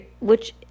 which